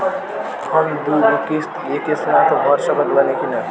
हम दु गो किश्त एके साथ भर सकत बानी की ना?